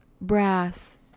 Brass